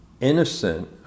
innocent